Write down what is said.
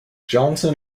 johnson